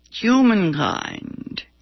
humankind